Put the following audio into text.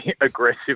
aggressive